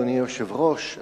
אדוני היושב-ראש,